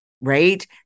right